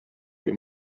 kui